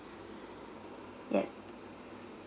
yes